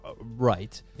right